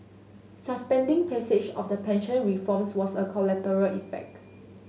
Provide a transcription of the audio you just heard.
suspending passage of the pension reforms was a collateral effect